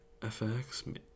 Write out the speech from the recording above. FX